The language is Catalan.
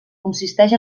consisteix